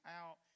out